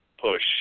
push